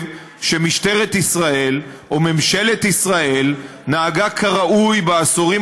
שמשטרת ישראל או ממשלת ישראל נהגה כראוי בעשורים